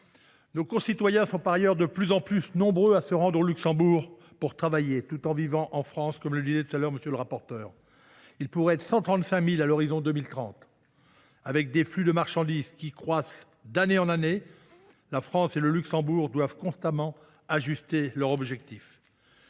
Nos concitoyens sont par ailleurs de plus en plus nombreux à se rendre au Luxembourg pour travailler tout en vivant en France. Ils pourraient être 135 000 à l’horizon 2030. Avec des flux de marchandises qui croissent d’année en année, la France et le Luxembourg doivent constamment ajuster leurs objectifs.